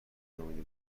نامیده